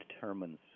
determines